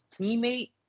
teammate